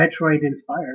Metroid-inspired